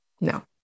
No